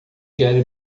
gary